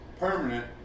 permanent